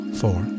four